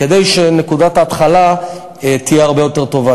כדי שנקודת ההתחלה תהיה הרבה יותר טובה.